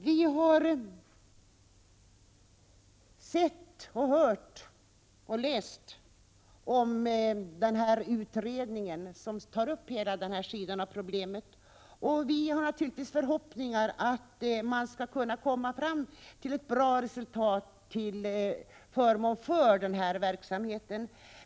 Vi har hört och läst om den utredning som behandlar denna sida av problemet, och vi har naturligtvis förhoppningar om att man skall kunna komma fram till ett gott resultat till förmån för verksamheten.